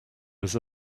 was